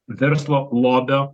verslo lobio